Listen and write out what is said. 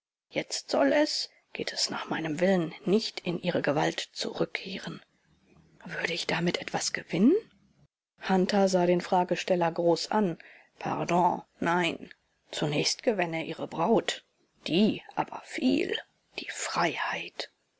jetzt soll es geht es nach meinem willen nicht in ihre gewalt zurückkehren würde ich damit etwas gewinnen hunter sah den fragesteller groß an pardon nein zunächst gewänne ihre braut die aber viel die freiheit